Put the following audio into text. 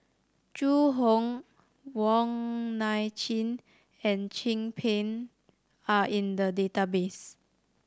Zhu Hong Wong Nai Chin and Chin Peng are in the database